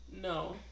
No